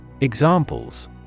Examples